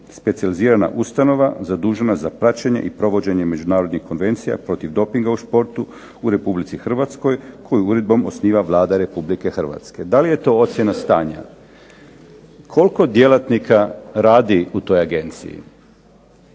specijalizirana ustanova zadužena za praćenje i provođenje međunarodnih konvencija protiv dopinga u športu u Republici Hrvatskoj, koju uredbom osniva Vlada Republike Hrvatske. Da li je to ocjena stanja? Koliko djelatnika radi u toj agenciji?